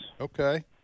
Okay